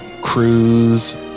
cruise